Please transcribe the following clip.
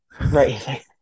Right